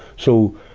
so,